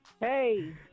Hey